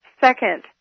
second